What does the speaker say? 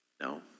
No